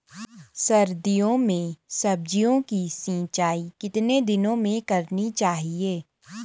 सर्दियों में सब्जियों की सिंचाई कितने दिनों में करनी चाहिए?